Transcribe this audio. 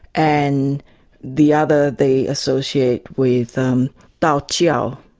and the other they associate with um daojiao,